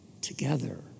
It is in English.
together